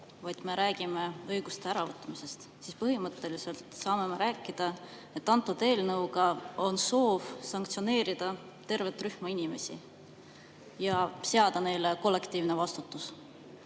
vaid me räägime õiguste äravõtmisest, siis põhimõtteliselt me saame öelda, et eelnõuga on soov sanktsioneerida tervet rühma inimesi ja seada neile kollektiivne vastutus.